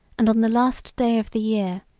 and on the last day of the year,